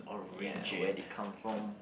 ya where did it come from